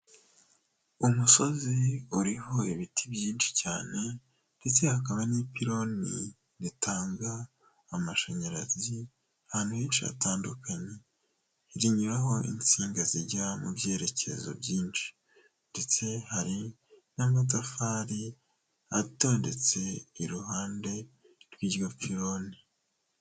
Umusozi uriho ibiti byinshi cyane ndetse hakaba n'ipironi ritanga amashanyarazi, ahantu henshi hatandukanye, rinyuraho insinga zijya mu byerekezo byinshi ndetse hari n'amatafari atondetse iruhande rw'iryopironi.